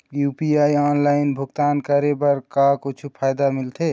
UPI online भुगतान करे बर का कुछू फायदा मिलथे?